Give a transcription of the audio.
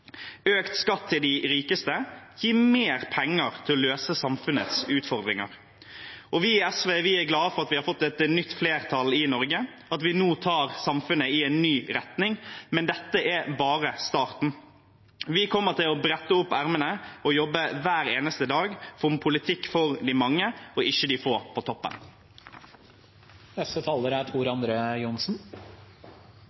Økt skatt til de rikeste gir mer penger til å løse samfunnets utfordringer. Vi i SV er glade for at vi har fått et nytt flertall i Norge, at vi nå tar samfunnet i en ny retning, men dette er bare starten. Vi kommer til å brette opp ermene og jobbe hver eneste dag for en politikk for de mange, ikke de få på toppen. Fremskrittspartiet er